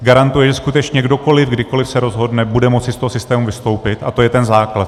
Garantuje, že skutečně kdokoliv kdykoliv se rozhodne, bude moci z toho systému vystoupit, a to je ten základ.